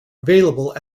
available